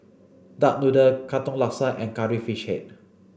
duck noodle Katong Laksa and curry fish head